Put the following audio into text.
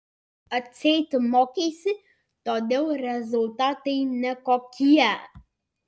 atseit mokeisi todėl rezultatai nekokie